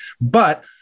But-